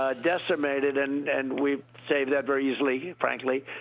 ah decimated. and and we've saved that very easily, frankly,